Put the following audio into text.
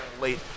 late